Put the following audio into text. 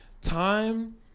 time